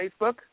Facebook